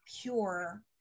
pure